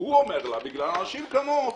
הוא אומר לה: בגלל אנשים כמוך